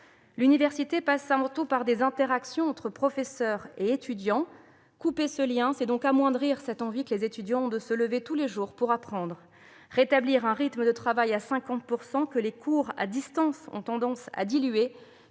L'université passe avant tout par des interactions entre professeurs et étudiants. Couper ce lien, c'est donc amoindrir l'envie que les étudiants ont de se lever tous les jours pour apprendre. Rétablir un rythme de travail à 50 %, que les cours à distance ont tendance à diluer,